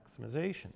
maximization